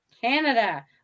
Canada